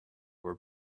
were